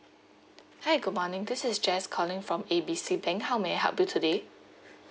hi good morning this is jess calling from A B C bank how may I help you today